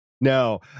No